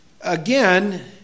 Again